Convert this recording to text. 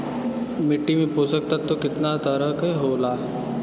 मिट्टी में पोषक तत्व कितना तरह के होला?